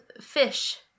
fish